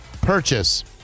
purchase